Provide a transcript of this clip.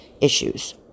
issues